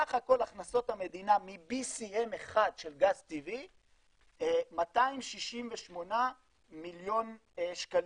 סך הכול הכנסות המדינה מ-BCM אחד של גז טבעי 268 מיליון שקלים.